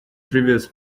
previous